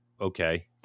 okay